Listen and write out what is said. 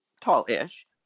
tall-ish